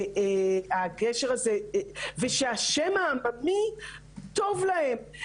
שהגשר הזה ושהשם העממי טוב להם.